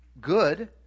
good